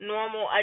Normal